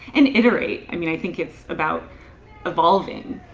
and iterate. i mean i think it's about evolving,